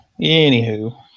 Anywho